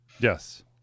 Yes